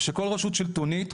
ושכל רשות שלטונית,